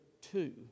two